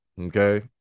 okay